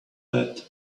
that